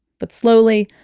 but slowly,